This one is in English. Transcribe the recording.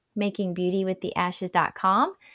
makingbeautywiththeashes.com